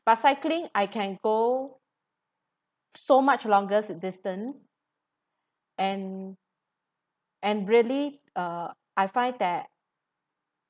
but cycling I can go so much longest distance and and really uh I find that